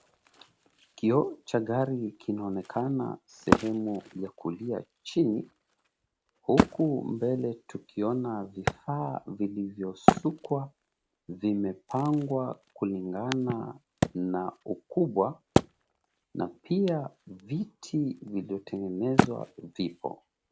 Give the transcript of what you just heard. Kioo cha gari kinaonekana sehemu ya kulia chini, huku mbele tukiona vifaa vilivyosukwa vimepangwa kulingana na ukubwa, na pia viti vilivyotengenezwa vipo.